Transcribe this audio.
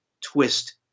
twist